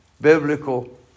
biblical